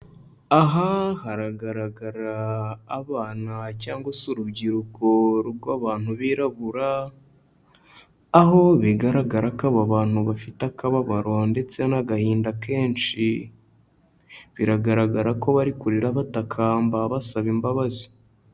Aha haragaragara abana cyangwa se urubyiruko rw'abantu birabura, aho bigaragara ko aba bantu bafite akababaro ndetse n'agahinda kenshi, biragaragara ko bari kurira batakamba basaba imbabazi.